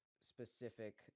specific